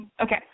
Okay